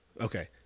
Okay